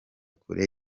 kureba